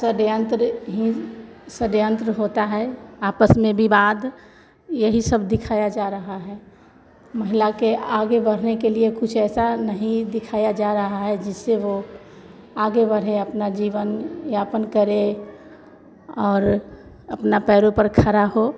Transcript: षड़यंत्र ही षड़यंत्र होता है आपस में विवाद यही सब दिखाया जा रहा है महिला के आगे बड़ने के लिए कुछ ऐसा नहीं दिखाया जा रहा है जिससे वह आगे बढ़े अपना जीवनयापन करे और अपने पैरों पर खड़ी हो